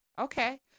Okay